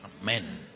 Amen